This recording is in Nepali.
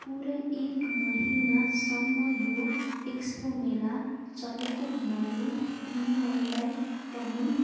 पुरा एक महिनासम्म यो एक्सपो मेला चलेको हुनाले तिनीहरूलाई पनि